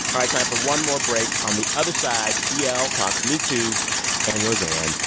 right. time for one more break. on the other side, d l. talks metoo and roseanne,